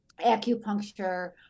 acupuncture